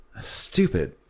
Stupid